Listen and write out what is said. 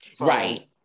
Right